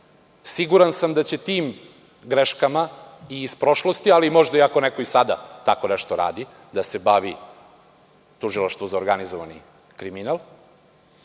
grešku. Siguran sam da će tim greškama i iz prošlosti, ali možda i ako sada tako nešto radi, da se bavi tužilaštvo za organizovani kriminal,